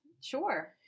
Sure